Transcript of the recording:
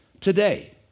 today